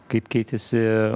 kaip keitėsi